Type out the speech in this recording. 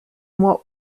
moi